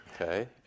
okay